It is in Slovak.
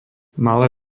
malé